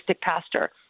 pastor